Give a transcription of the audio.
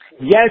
Yes